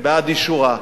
בעד אישורה.